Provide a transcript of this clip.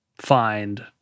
find